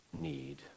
need